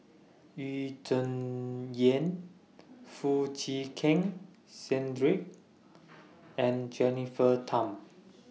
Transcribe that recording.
Yu Zhuye Foo Chee Keng Cedric and Jennifer Tham